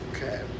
Okay